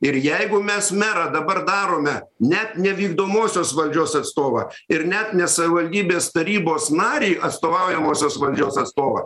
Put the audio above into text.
ir jeigu mes merą dabar darome net ne vykdomosios valdžios atstovą ir net ne savivaldybės tarybos narį atstovaujamosios valdžios atstovą